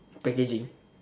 packaging